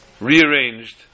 rearranged